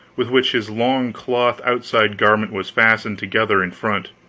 with which his long cloth outside garment was fastened together in front.